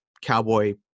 Cowboy